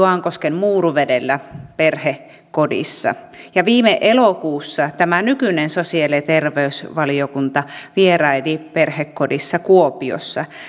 juankosken muuruvedellä perhekodissa ja viime elokuussa tämä nykyinen sosiaali ja terveysvaliokunta vieraili perhekodissa kuopiossa